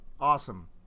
awesome